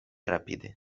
rapide